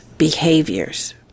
behaviors